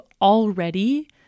already